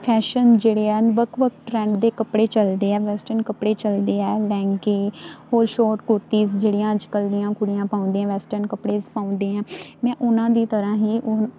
fashion ਜਿਹੜੇ ਹਨ ਵੱਖ ਵੱਖ ਟਰੈਂਡ ਦੇ ਕੱਪੜੇ ਚੱਲਦੇ ਆ ਵੈਸਟਨ ਕੱਪੜੇ ਚਲਦੇ ਆ ਲਹਿੰਗੇ ਹੋਰ ਸ਼ੋਟ ਕੁੜਤੀਜ਼ ਜਿਹੜੀਆਂ ਅੱਜ ਕੱਲ੍ਹ ਦੀਆਂ ਕੁੜੀਆਂ ਪਾਉਂਦੀਆਂ ਵੈਸਟਰਨ ਕੱਪੜੇ ਪਾਉਣ ਦੀਆਂ ਮੈਂ ਉਹਨਾਂ ਦੀ ਤਰ੍ਹਾਂ ਹੀ ਉ